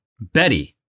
Betty